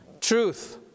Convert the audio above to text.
truth